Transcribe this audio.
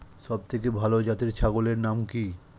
সবথেকে ভালো জাতের ছাগলের নাম কি?